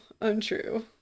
Untrue